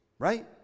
Right